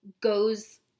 goes